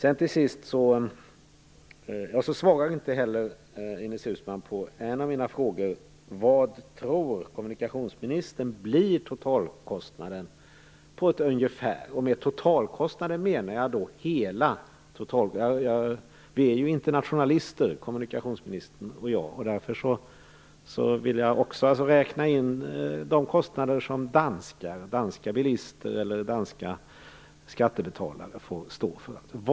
Ines Uusmann svarade inte på en av mina frågor, nämligen vad kommunikationsministern tror blir totalkostnaden på ett ungefär. Med totalkostnad menar jag då hela kostnaden. Vi är ju internationalister, kommunikationsministern och jag. Därför vill jag också att de kostnader som danska bilister och danska skattebetalare får stå för skall räknas in.